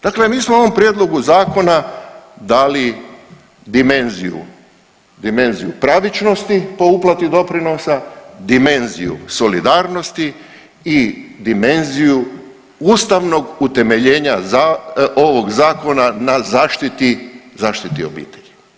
Dakle, mi smo ovom prijedlogu zakona dali dimenziju, dimenziju pravičnosti po uplati doprinosa, dimenziju solidarnosti i dimenziju ustavnog utemeljenja ovog zakona na zaštiti obitelji.